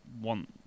want